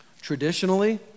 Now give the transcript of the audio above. traditionally